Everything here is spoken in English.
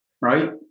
Right